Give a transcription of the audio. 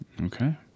Okay